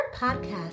podcast